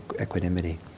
equanimity